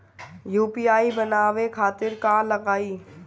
UPI बनावे खातिर का का लगाई?